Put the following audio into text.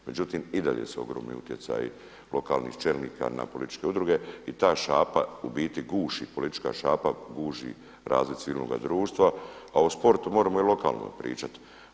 Međutim i dalje su ogromni utjecaji lokalnih čelnika na političke udruge i ta šapa u biti guši politička šapa guši razvoj civilnoga društva, a o sportu moremo i lokalno pričati.